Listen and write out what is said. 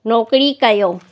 नौकिरी कयो